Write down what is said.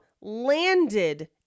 landed